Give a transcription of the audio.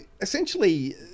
essentially